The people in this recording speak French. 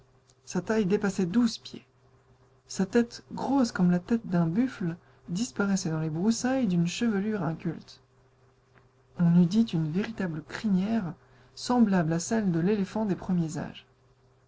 sa taille dépassait douze pieds sa tête grosse comme la tête d'un buffle disparaissait dans les broussailles d'une chevelure inculte on eût dit une véritable crinière semblable a celle de l'éléphant des premiers âges